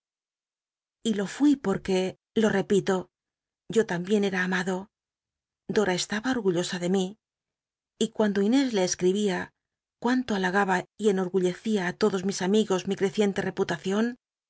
lo fui pocruc lo repito yo tambien era amado dora estaba orgullosa de mi y cuando inés le escribía cuánto halagaba y cno gullecia i todos mis amigos mi ci'ccicnlc